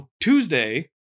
Tuesday